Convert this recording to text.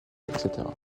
etc